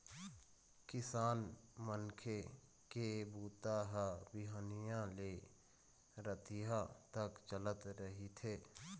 किसान मनखे के बूता ह बिहनिया ले रतिहा तक चलत रहिथे